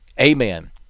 Amen